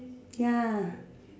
ya